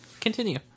Continue